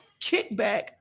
kickback